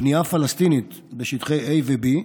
בנייה פלסטינית בשטחי A ו-B,